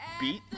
beat